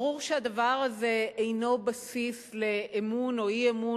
ברור שהדבר הזה אינו בסיס לאמון או לאי-אמון